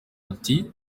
ati